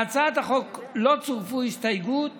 להצעת החוק לא צורפו הסתייגויות